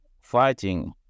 fighting